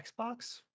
xbox